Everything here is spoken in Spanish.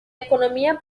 economía